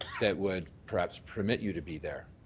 that would perhaps permit you to be there?